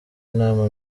nama